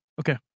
Okay